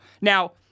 Now